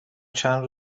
چند